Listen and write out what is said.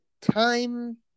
time